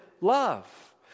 love